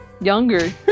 younger